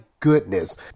goodness